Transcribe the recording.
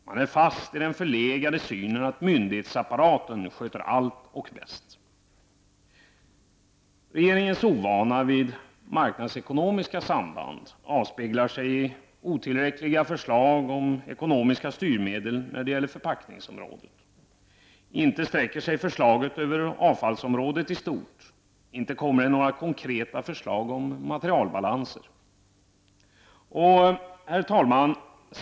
Man är fast i den förlegade synen att myndighetsapparaten sköter allt och bäst. Regeringens ovana vid marknadsekonomiska samband avspeglar sig i otillräckliga förslag om ekonomiska styrmedel när det gäller förpackningsområdet. Inte sträcker sig förslaget över avfallsområdet i stort. Inte kommer det några konkreta förslag om materialbalanser. Herr talman!